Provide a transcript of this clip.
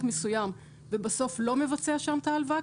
מסוים ובסוף לא מבצע שם את ההלוואה,